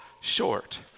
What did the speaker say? short